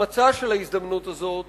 החמצה של ההזדמנות הזאת